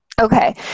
Okay